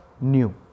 new